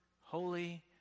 holy